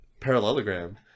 parallelogram